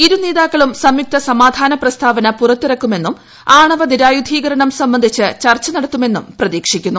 ഇരുനേതാക്കളും സംയുക്ത സമാധാന പ്രസ്താവന പുറത്തിറക്കുമെന്നും ആണവ നിരായുധീകരണം സംബന്ധിച്ച് ചർച്ച നടത്തുമെന്നും പ്രതീക്ഷിക്കുന്നു